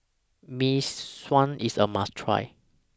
Mee Sua IS A must Try